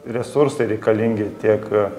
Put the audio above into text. resursai reikalingi tiek